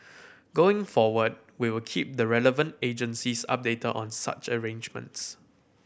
going forward we will keep the relevant agencies updated on such arrangements